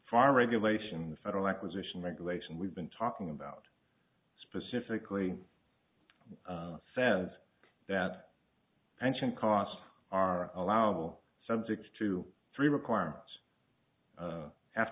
farm regulation the federal acquisition regulation we've been talking about specifically says that engine costs are allowable subject to three requirements have